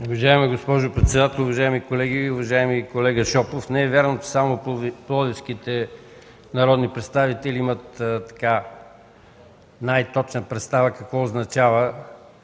Уважаема госпожо председател, уважаеми колеги! Уважаеми колега Шопов, не е вярно, че само пловдивските народни представители имат най-точна представа какво означава